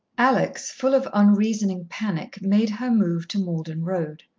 alex, full of unreasoning panic, made her move to malden road.